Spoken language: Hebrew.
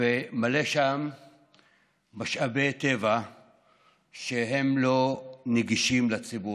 ומלא משאבי טבע שהם לא נגישים לציבור.